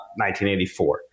1984